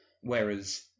Whereas